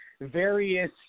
various